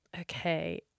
Okay